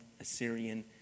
Assyrian